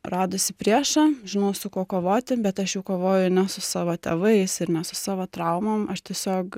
radusi priešą žinau su kuo kovoti bet aš jau kovoju ne su savo tėvais ir ne su savo traumom aš tiesiog